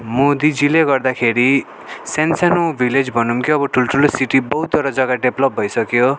मोदीजीले गर्दाखेरि साना साना भिलेज भनौँ कि अब ठुल ठुलो सिटी बहुतवटा जग्गा डेभलप भइसक्यो